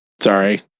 Sorry